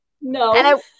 No